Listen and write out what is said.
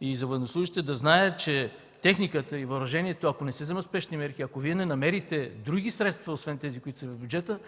и за военнослужещите да знаят, че техниката и въоръжението, ако не се вземат спешни мерки, ако Вие не намерите други средства освен тези, които са в бюджета,